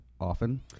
often